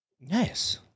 Nice